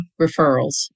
referrals